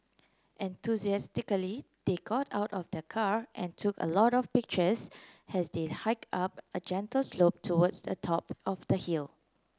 enthusiastically they got out of the car and took a lot of pictures as they hike up a gentle slope towards the top of the hill